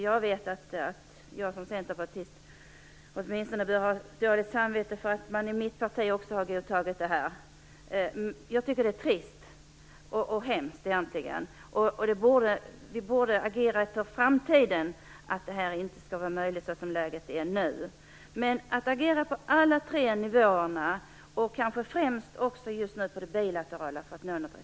Jag vet att jag som centerpartist åtminstone bör ha dåligt samvete för att man även i mitt parti har godtagit det här. Jag tycker att det är trist och hemskt, egentligen. Vi borde inför framtiden agera för att det här inte skall vara möjligt såsom läget är nu, och då agera på alla tre nivåerna - kanske främst den bilaterala - för att nå resultat.